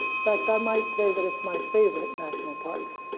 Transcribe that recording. fact i might say that it's my favorite national parks.